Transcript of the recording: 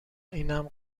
اینم